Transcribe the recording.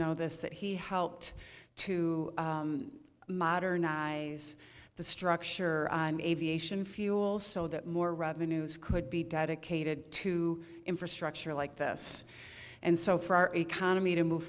this that he helped to modernize the structure aviation fuel so that more revenues could be dedicated to infrastructure like this and so for our economy to move